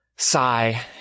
Sigh